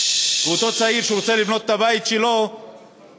ואותו צעיר שרוצה לבנות את הבית שלו לא